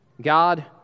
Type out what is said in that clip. God